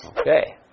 Okay